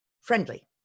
friendly